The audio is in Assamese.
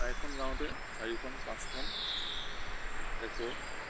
প্ৰায়খন গাঁৱতে চাৰিখন পাঁচখন ট্ৰেক্টৰ